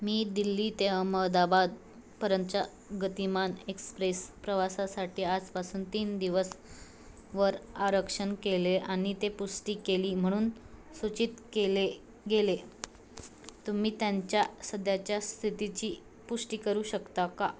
मी दिल्ली ते अहमदाबादपर्यंतच्या गतिमान एक्सप्रेस प्रवासासाठी आजपासून तीन दिवस वर आरक्षण केले आहे आणि ते पुष्टी केली म्हणून सूचित केले गेले तुम्ही त्याच्या सध्याच्या स्थितीची पुष्टी करू शकता का